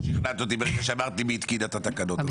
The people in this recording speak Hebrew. שכנעת אותי כשאמרת מי התקין את התקנות.